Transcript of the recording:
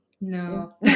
No